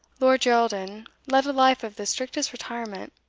lord geraldin led a life of the strictest retirement.